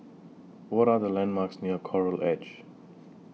What Are The landmarks near Coral Edge